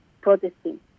protesting